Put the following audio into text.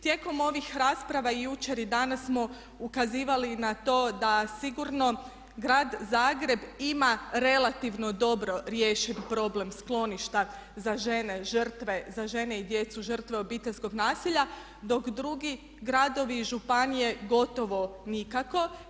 Tijekom ovih rasprava i jučer i danas smo ukazivali na to da sigurno grad Zagreb ima relativno dobro riješen problem skloništa za žene žrtve, za žene i djecu žrtve obiteljskog nasilja dok drugi gradovi i županije gotovo nikako.